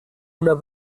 una